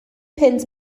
punt